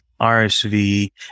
RSV